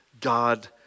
God